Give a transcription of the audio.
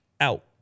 Out